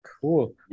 Cool